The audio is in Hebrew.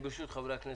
ברשות חברי הכנסת,